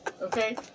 okay